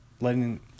letting